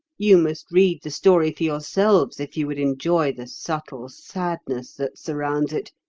you must read the story for yourselves if you would enjoy the subtle sadness that surrounds it,